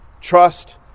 trust